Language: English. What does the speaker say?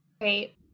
Great